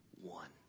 one